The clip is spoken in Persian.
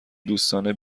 دوستانه